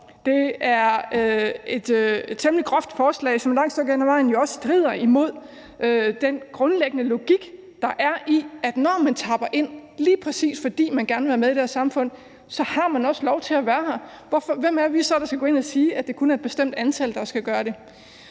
hen ad vejen også strider imod den grundlæggende logik, der er i, at man, når man tapper ind, lige præcis fordi man gerne vil være med i det her samfund, så også har lov til at være her. Hvem er vi så, der skal gå ind og sige, at det kun er et bestemt antal, der skal gøre det?